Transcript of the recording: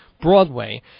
Broadway